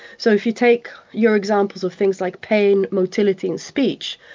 so if you take your examples of things like pain, motility and speech,